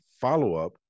follow-up